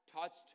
touched